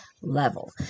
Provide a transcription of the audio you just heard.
level